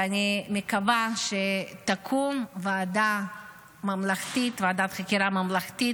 ואני מקווה שתקום ועדת חקירה ממלכתית